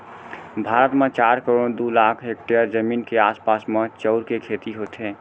भारत म चार करोड़ दू लाख हेक्टेयर जमीन के आसपास म चाँउर के खेती होथे